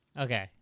Okay